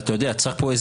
צריך פה איזה